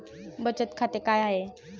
बचत खाते काय आहे?